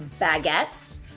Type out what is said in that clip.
baguettes